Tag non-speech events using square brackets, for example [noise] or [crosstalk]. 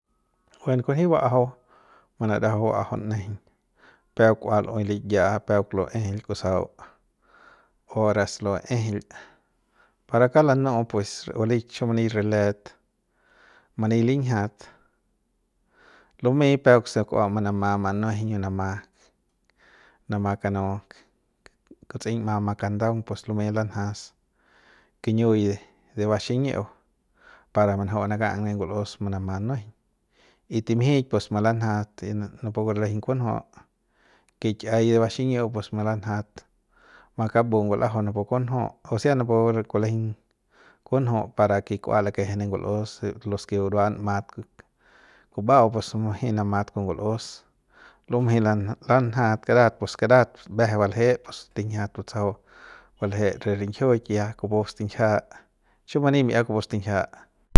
[noise] buen kunji ba'ajau manarajau nejeiñ [noise] peuk kua lu'uey liya'a peuk lu'uey ejeil kusau horas lu'uey ejeil para kauk lanu'u pues balik chu mani re let many linjiat lumey peuk se kua manama manuejeiñ manama manama kanu kutseiñma ma kandaung pues lumy lanjas kiñiui de baxiñi'iu para manaju'u manaka'ang ne ngul'us manama nu'jueiñ y timjik pues malanjat nda napu ralejeiñ kunju kik'iai de baxiñi'iu pus malanjat makabu ngulajau napu kunju'u o sea rapu kulejeiñ kunju'u para ke k'ua lakeje ne ngul'us de los ke buruan mat kuba'au pus bumjei namat kon ngul'us [noise] lumjei lan lanjat karat pus karat mbeje balje pus linjiat batsajau balje re [noise] rin'jiuk ya kupu stinjia chu mani mi'ia kupu stinjia.